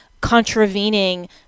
contravening